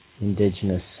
indigenous